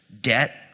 Debt